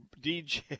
DJ